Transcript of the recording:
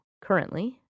currently